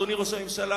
אדוני ראש הממשלה,